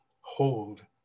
hold